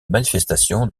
manifestation